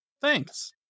Thanks